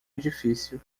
edifício